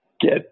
get